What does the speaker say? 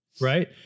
Right